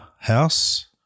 house